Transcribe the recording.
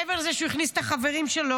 מעבר לזה שהוא הכניס את החברים שלו